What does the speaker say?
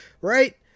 Right